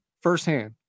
firsthand